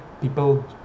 people